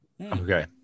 okay